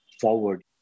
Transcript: forward